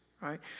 right